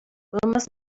wilma’s